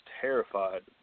terrified